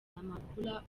namakula